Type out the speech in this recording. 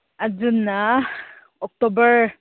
ꯑꯗꯨꯅ ꯑꯣꯛꯇꯣꯕꯔ